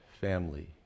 Family